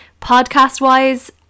podcast-wise